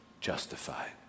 justified